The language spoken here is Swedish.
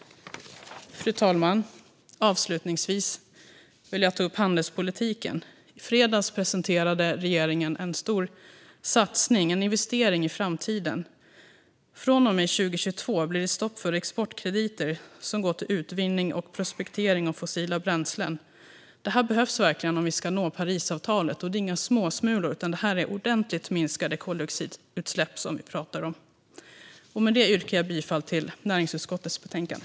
Fru talman! Avslutningsvis vill jag ta upp handelspolitiken. I fredags presenterade regeringen en stor satsning - en investering i framtiden. Från och med 2022 blir det stopp för exportkrediter som går till utvinning och prospektering av fossila bränslen. Detta behövs verkligen om vi ska nå Parisavtalet. Det är inga småsmulor, utan det är ordentligt minskade koldioxidutsläpp som vi talar om. Jag yrkar bifall till förslaget i näringsutskottets betänkande.